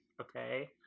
okay